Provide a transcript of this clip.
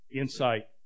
insight